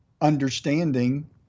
understanding